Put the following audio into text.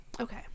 Okay